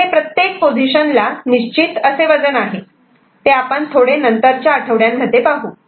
तर इथे प्रत्येक पोझिशन ला निश्चित असे वजन आहे ते आपण थोडे नंतरच्या आठवड्यामध्ये पाहू